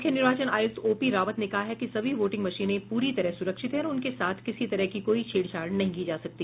मुख्य निर्वाचन आयुक्त ओपी रावत ने कहा है कि सभी वोटिंग मशीने पूरी तरह सुरक्षित हैं और उनके साथ किसी तरह की कोई छेड़ छाड़ नहीं की जा सकती